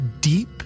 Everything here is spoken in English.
deep